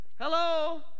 hello